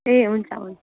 ए हुन्छ हुन्छ